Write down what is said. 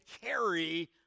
carry